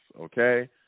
okay